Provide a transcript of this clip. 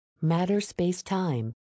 Matter-Space-Time